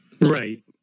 Right